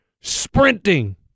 Sprinting